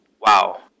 Wow